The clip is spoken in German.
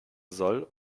soll